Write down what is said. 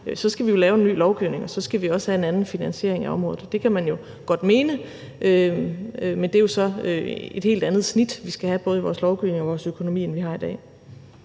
så skal vi lave ny lovgivning, og så skal vi også have en anden finansiering af området. Det kan man godt mene, men det er jo så et helt andet snit, vi skal have både i vores lovgivning og i vores økonomi, end vi har i dag.